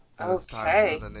Okay